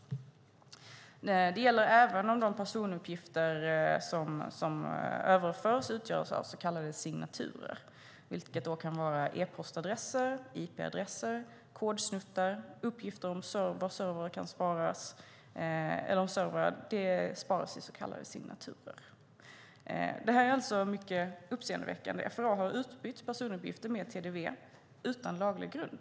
Det gäller även om de personuppgifter som utgörs av s.k. signaturer." Det kan vara e-postadresser, IP-adresser, kodsnuttar och uppgifter om servrar som sparas i så kallade signaturer. Detta är mycket uppseendeväckande. FRA har utbytt personuppgifter med TDV utan laglig grund.